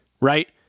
right